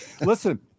listen